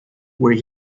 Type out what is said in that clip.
where